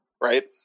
right